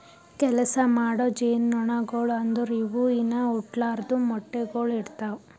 ಕೆಲಸ ಮಾಡೋ ಜೇನುನೊಣಗೊಳು ಅಂದುರ್ ಇವು ಇನಾ ಹುಟ್ಲಾರ್ದು ಮೊಟ್ಟೆಗೊಳ್ ಇಡ್ತಾವ್